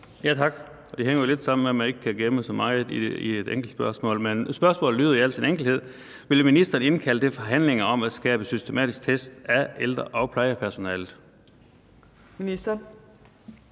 Tak. Det hænger jo lidt sammen med, at man ikke kan få så meget med i et enkelt spørgsmål. Men spørgsmålet lyder i al sin enkelhed: Vil ministeren indkalde til forhandlinger om at skabe systematiske test af ældre- og plejepersonalet? Kl.